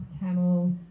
Tamil